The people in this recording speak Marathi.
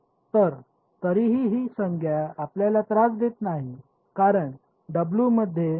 तर तरीही ही संज्ञा आपल्याला त्रास देत नाही कारण डब्ल्यू मध्ये कोणतेही Us नाही